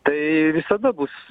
tai visada bus